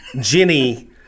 Jenny